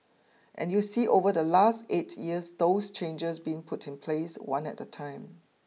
and you see over the last eight years those changes being put in place one at a time